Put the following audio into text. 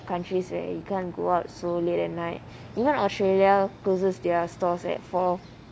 countries where you can't go out so late at night you know australia closes their stores at four